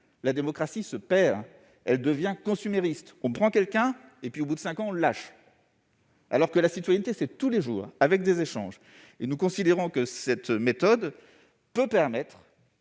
la démocratie se perd ; elle devient consumériste : on prend quelqu'un et puis, après cinq ans, on le lâche, alors que la citoyenneté est un exercice de tous les jours, avec des échanges. Nous considérons que cette méthode peut permettre